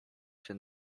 się